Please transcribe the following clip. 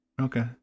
Okay